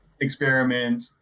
experiment